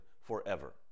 forever